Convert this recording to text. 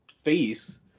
face